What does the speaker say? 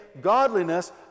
godliness